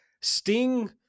Sting